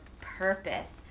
purpose